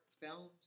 films